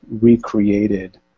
recreated